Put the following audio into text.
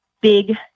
big